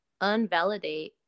unvalidate